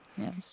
yes